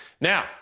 Now